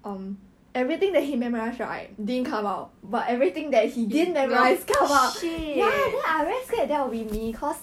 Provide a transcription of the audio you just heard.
shit